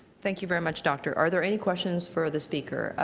thank you very much, doctor. are there any questions for the speaker?